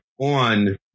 on